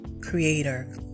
Creator